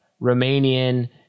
Romanian